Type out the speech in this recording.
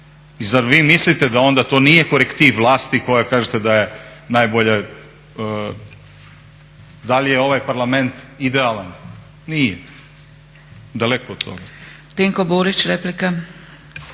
Zar vi mislite da onda to nije korektiv vlasti koja kažete da je najbolje, da li je ovaj Parlament idealan, nije, daleko od toga.